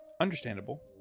Understandable